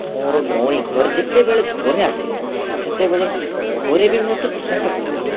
ମୋହର ଭଉଣୀ ଘରେ ଯେତେବେଳେ ଘରେ ଆସିଲି ସେତେବେଳେ ଘରେ ବି ମୋତେ ପ୍ରଶଂସା କରୁଥିଲି